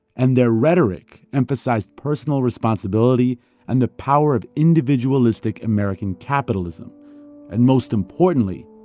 and their rhetoric emphasized personal responsibility and the power of individualistic american capitalism and, most importantly,